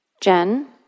Jen